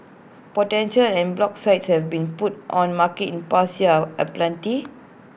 potential en bloc sites have been put on the market in the past year are aplenty